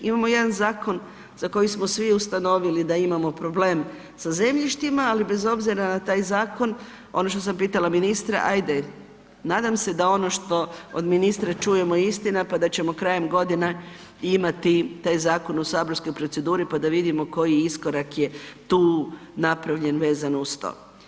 Imamo jedan zakon za koji smo svi ustanovili da imamo problem sa zemljištima, ali bez obzira na taj zakon, ono što sam pitala ministra, ajde nadam da se ono što od ministra čujemo je istina pa da ćemo krajem godine imati taj zakon u saborskoj proceduri pa da vidimo koji iskorak je tu napravljen vezano uz to.